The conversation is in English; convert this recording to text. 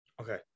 Okay